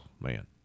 man